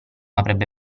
avrebbe